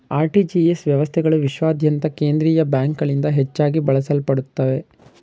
RTGS ವ್ಯವಸ್ಥೆಗಳು ವಿಶ್ವಾದ್ಯಂತ ಕೇಂದ್ರೀಯ ಬ್ಯಾಂಕ್ಗಳಿಂದ ಹೆಚ್ಚಾಗಿ ಬಳಸಲ್ಪಡುತ್ತವೆ